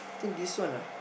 think this one ah